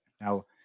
Now